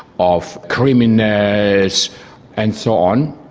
of criminals and so on.